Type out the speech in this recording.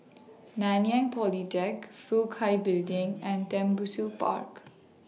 Nanyang Polytechnic Fook Hai Building and Tembusu Park